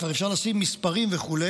כבר אפשר לשים מספרים וכו'.